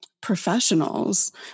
professionals